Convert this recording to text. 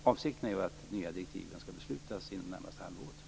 Avsikten är att de nya direktiven skall beslutas inom det närmaste halvåret.